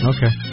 Okay